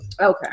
Okay